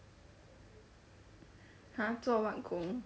!huh! 做 what 工